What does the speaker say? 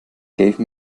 gave